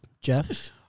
Jeff